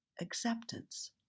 acceptance